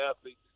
athletes